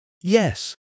Yes